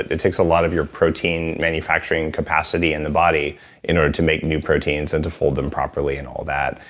it takes a lot of your protein manufacturing capacity in the body in order to make new proteins and to fold them properly and all that.